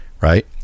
right